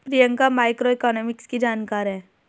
Priyanka macroeconomics की जानकार है